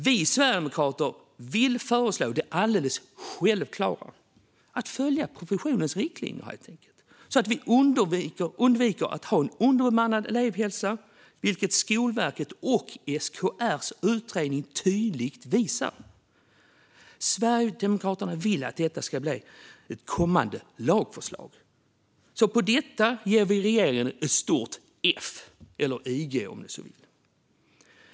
Vi sverigedemokrater föreslår det alldeles självklara: att helt enkelt följa professionens riktlinjer, så att vi undviker att ha en underbemannad elevhälsa, vilket Skolverkets och SKR:s utredningar tydligt visar att vi har. Sverigedemokraterna vill att detta ska bli ett kommande lagförslag. På detta ger vi regeringen ett stort F - eller IG, om ni så vill.